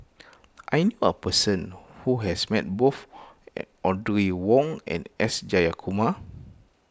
I knew a person who has met both Audrey Wong and S Jayakumar